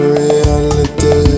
reality